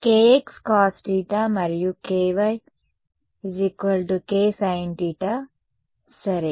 kx cos θ మరియు ky k sin θ సరే